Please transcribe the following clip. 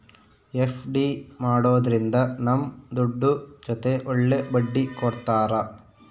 FD ಮಾಡೋದ್ರಿಂದ ನಮ್ ದುಡ್ಡು ಜೊತೆ ಒಳ್ಳೆ ಬಡ್ಡಿ ಕೊಡ್ತಾರ